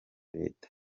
leta